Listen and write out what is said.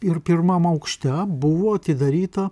ir pirmam aukšte buvo atidaryta